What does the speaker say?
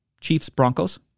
Chiefs-Broncos